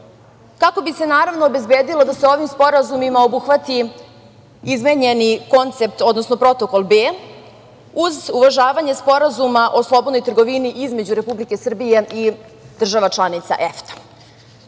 kako bi se naravno obezbedilo da se ovim sporazumima obuhvati izmenjeni koncept odnosno Protokol B, uz uvažavanje sporazuma o slobodnoj trgovini između Republike Srbije i država članica EFTA.Da